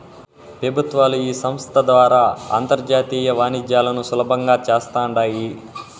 పెబుత్వాలు ఈ సంస్త ద్వారా అంతర్జాతీయ వాణిజ్యాలను సులబంగా చేస్తాండాయి